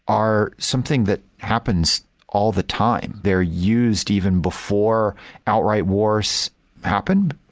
are something that happens all the time. they are used even before outright wars happen.